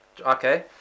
Okay